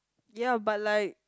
ya but like